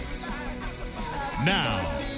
Now